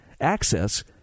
access